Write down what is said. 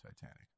Titanic